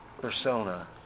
persona